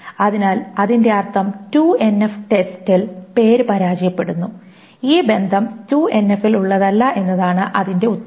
അതിനാൽ അതിന്റെ അർത്ഥം 2NF ടെസ്റ്റിൽ പേര് പരാജയപ്പെടുന്നു ഈ ബന്ധം 2NF ൽ ഉള്ളതല്ല എന്നതാണ് അതിന്റെ ഉത്തരം